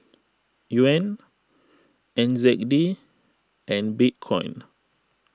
Yuan N Z D and Bitcoin